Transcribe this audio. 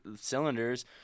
cylinders